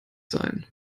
sein